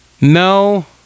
No